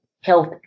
health